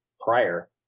prior